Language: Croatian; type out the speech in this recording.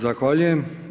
Zahvaljujem.